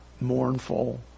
mournful